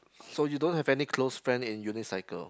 so you don't have any close friend in unicycle